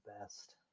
best